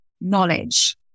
knowledge